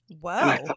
Wow